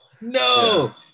No